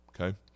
okay